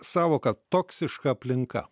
sąvoka toksiška aplinka